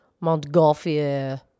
Montgolfier